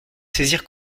saisir